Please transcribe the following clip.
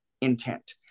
intent